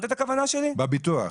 בביטוח.